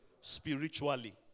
spiritually